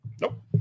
nope